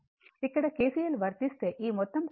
ఇక్కడ KCL వర్తిస్తే ఈ మొత్తం current I IR IL IC